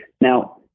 Now